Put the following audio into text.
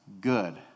good